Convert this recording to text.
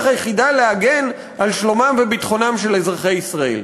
היחידה להגן על שלומם וביטחונם של אזרחי ישראל.